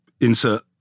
insert